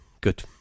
good